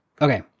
Okay